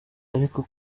ariko